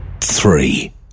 Three